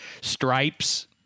Stripes